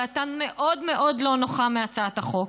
דעתם מאוד מאוד לא נוחה מהצעת החוק.